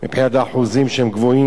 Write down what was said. מבחינת אחוזים הם גבוהים,